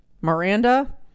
Miranda